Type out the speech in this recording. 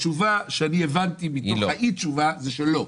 התשובה שאני הבנתי מתוך אי התשובה זה שלא.